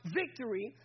victory